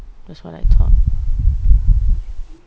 that's what I thought